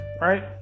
Right